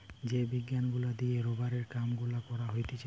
যে বিজ্ঞান গুলা দিয়ে রোবারের কাম গুলা করা হতিছে